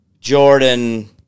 Jordan